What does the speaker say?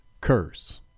curse